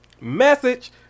message